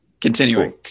continuing